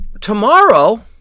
tomorrow